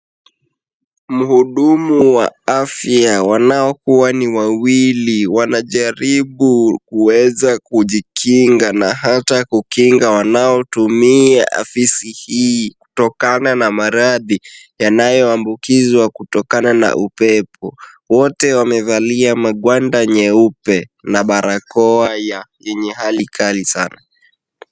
Mhudumu wa afya wanaokuwa ni wawili wanajaribu kuweza kujikinga na hata kukinga wanaotumia afisi hii kutokana na maradhi yanayoambukizwa kutokana na upepo. Wote wamevalia magwanda nyeupe na barakoa yenye hali kali sana.